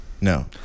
No